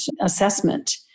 assessment